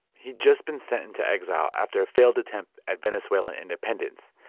he'd just been sent into exile after a failed attempt at venezuelan independence.